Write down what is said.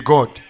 God